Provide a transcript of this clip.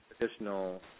additional